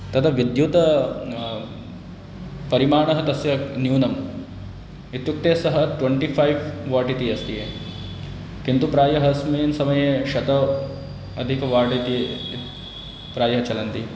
तद विद्युतः परिमाणः तस्य न्यूनम् इत्युक्ते सः ट्वेन्टि फ़ै वाट् इति अस्ति किन्तु प्रायः अस्मिन् समये शताधिक वाट् इति प्रायः चलन्ति